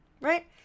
right